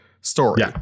story